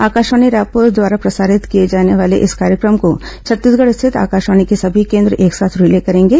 आकाशवाणी रायपुर द्वारा प्रसारित किए जाने वाले इस कार्येक्रम को छत्तीसगढ़ स्थित आकाशवाणी के समी केन्द्र एक साथ रिले करेंगे